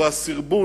היו"ר ראובן